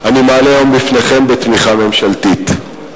אני מעלה היום בפניכם בתמיכה ממשלתית.